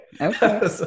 Okay